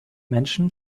menschen